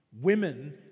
Women